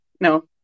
No